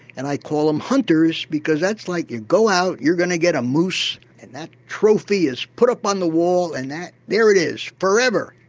and i call them hunters because that's like you go out, you're going to get a moose and that trophy is put up on the wall and there it is forever.